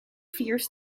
fears